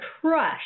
crush